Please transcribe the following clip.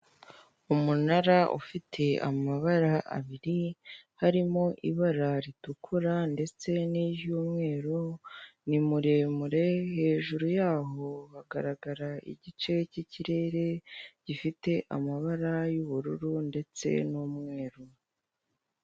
Umunara ufite amabara abiri harimo ibara ritukura ndetse niry'umweru, nimuremure hejuru yawo hagaragara igice k'ikirere gifite amabara y'ubururu ndetse n'umweru